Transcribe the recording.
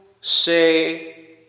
say